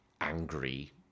angry